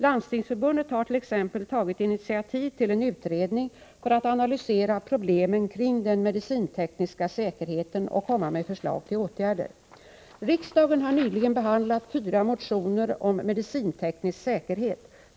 Landstingsförbundet har t.ex. tagit initiativ till en utredning för att analysera problemen kring den medicintekniska säkerheten och komma med förslag till åtgärder. Riksdagen har nyligen behandlat fyra motioner om medicinteknisk säkerhet.